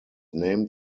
named